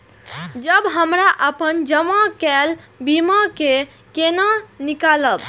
जब हमरा अपन जमा केल बीमा के केना निकालब?